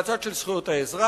מהצד של זכויות האזרח,